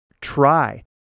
try